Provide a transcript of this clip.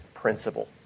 principle